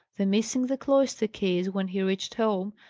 the missing the cloister keys when he reached home,